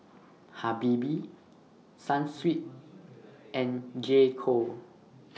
Habibie Sunsweet and J Co